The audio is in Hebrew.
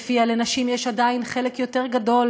שלפיה לנשים עדיין יש חלק יותר גדול